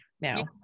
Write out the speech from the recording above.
now